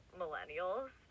millennials